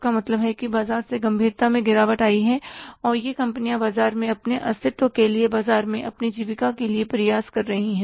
इसका मतलब है कि बिक्री में गंभीरता से गिरावट आई है और ये कंपनियां बाजार में अपने अस्तित्व के लिए बाजार में अपनी जीविका के लिए प्रयास कर रही हैं